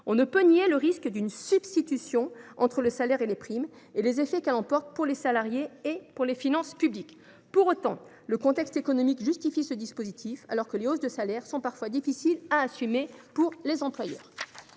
On ne peut pas nier le risque d’une substitution entre salaire et prime, ainsi que les effets pour les salariés et pour les finances publiques. Pour autant, le contexte économique justifie un tel dispositif, dans la mesure où les hausses de salaire sont parfois difficiles à assumer pour les employeurs.